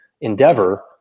endeavor